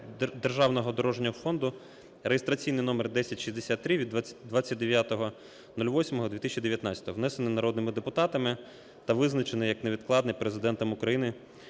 державного дорожнього фонду (реєстраційний номер 1063) (від 29.08.2019), внесений народними депутатами та визначено як невідкладний Президентом України